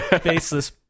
Faceless